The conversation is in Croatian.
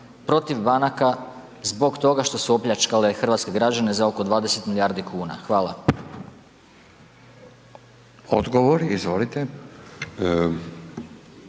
protiv banaka zbog toga što su opljačkale hrvatske građane za oko 20 milijardi kuna? Hvala. **Radin, Furio